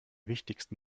wichtigsten